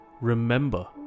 Remember